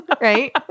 right